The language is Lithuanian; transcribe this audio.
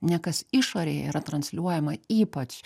ne kas išorėje yra transliuojama ypač